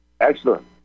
Excellent